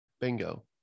bingo